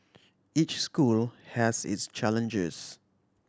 each school has its challenges